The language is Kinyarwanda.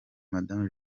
madame